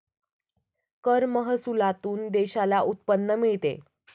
कर महसुलातून देशाला उत्पन्न मिळते